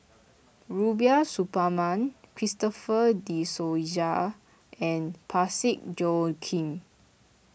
Rubiah Suparman Christopher De Souza and Parsick Joaquim